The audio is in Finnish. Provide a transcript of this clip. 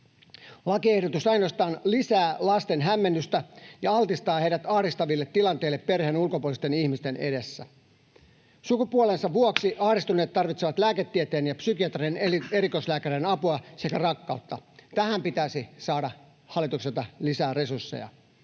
Lakiehdotus ainoastaan lisää lasten hämmennystä ja altistaa heidät ahdistaville tilanteille perheen ulkopuolisten ihmisten edessä. Sukupuolensa vuoksi ahdistuneet tarvitsevat lääketieteen ja psykiatrian erikoislääkäreiden apua sekä rakkautta — ja tähän pitäisi saada hallitukselta lisää resursseja